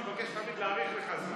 אני מבקש תמיד להאריך לך את הזמן.